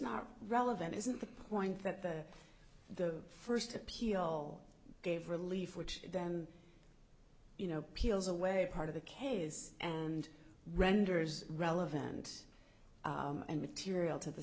not relevant isn't the point that the the first appeal gave relief which then you know peels away part of the case and renders relevant and material to the